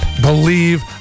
Believe